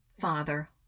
father